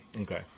Okay